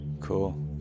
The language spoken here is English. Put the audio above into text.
Cool